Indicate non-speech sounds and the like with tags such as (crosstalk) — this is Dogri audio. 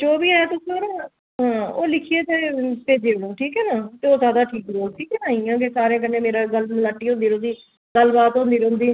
जो बी ऐ तुस (unintelligible) हां ओह् लिखियै ते भेजी ओड़ो ठीक ऐ ना ते ओह् ज्यादा ठीक रौह्ग ठीक ऐ ना ते इ'यां गै सारें कन्नै मेरी गल्ल मलाटी होंदी रौह्गी गल्ल बात होंदी रौंह्दी